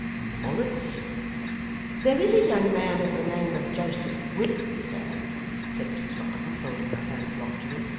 mullet there is a young man of the name of joseph willet, sir said mrs varden, folding her hands loftily.